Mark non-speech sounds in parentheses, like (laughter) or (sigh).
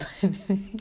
(laughs)